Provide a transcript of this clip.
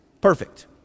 perfect